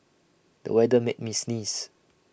the weather made me sneeze